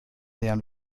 nähern